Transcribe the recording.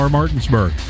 Martinsburg